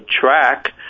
track